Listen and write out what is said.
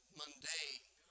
mundane